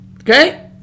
Okay